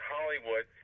Hollywood